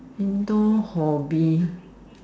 indoor hobby